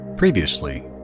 Previously